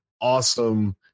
awesome